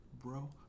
bro